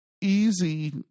easy